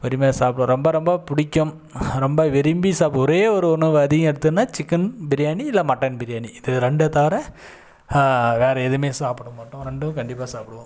பொறுமையாக சாப்பிடுவோம் ரொம்ப ரொம்ப பிடிக்கும் ரொம்ப விரும்பி சாப்பிடும் ஒரே ஒரு உணவு அதிகம் எடுத்தனா சிக்கன் பிரியாணி இல்லை மட்டன் பிரியாணி இது ரெண்ட தவர வேறு எதுவுமே சாப்பிட மாட்டோம் ரெண்டும் கண்டிப்பாக சாப்பிடுவோம்